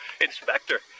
Inspector